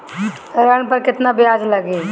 ऋण पर केतना ब्याज लगी?